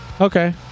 Okay